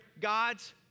God's